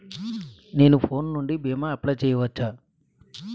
నేను ఫోన్ నుండి భీమా అప్లయ్ చేయవచ్చా?